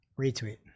Retweet